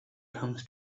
comes